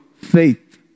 faith